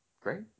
Great